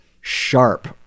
sharp